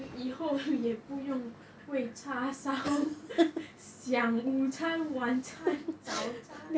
then 以后也不用喂叉烧 想午餐晚餐早餐